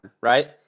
right